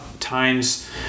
times